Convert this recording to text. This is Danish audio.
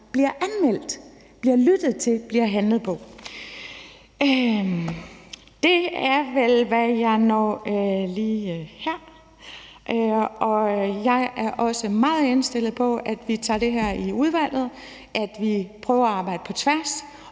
bliver anmeldt, lyttet til og handlet på? Det er vel, hvad jeg når lige her. Jeg er også meget indstillet på, at vi tager det her i udvalget, og at vi prøver at arbejde på tværs